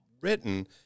written